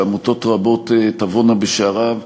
שעמותות רבות תבואנה בשעריו,